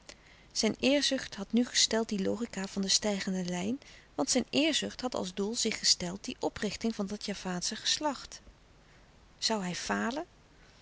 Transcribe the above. zijn eerzucht had nu gesteld die logica van de stijgende lijn want zijn eerzucht had als doel zich gesteld die oprichting van dat javaansche geslacht zoû hij falen